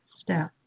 step